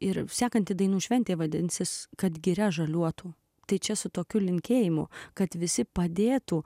ir sekantį dainų šventė vadinsis kad giria žaliuotų tai čia su tokiu linkėjimu kad visi padėtų